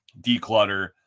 declutter